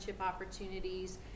opportunities